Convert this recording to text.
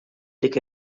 dik